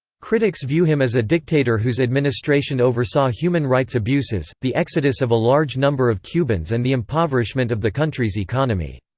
critics view him as a dictator whose administration oversaw human-rights abuses, the exodus of a large number of cubans and the impoverishment of the country's economy.